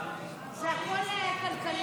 נתקבלה.